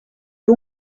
que